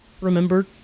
Remember